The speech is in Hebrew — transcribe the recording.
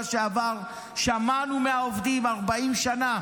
שמענו מהעובדים 40 שנה.